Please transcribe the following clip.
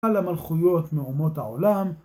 כלל המלכויות מאומות העולם